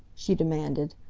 she demanded.